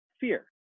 fear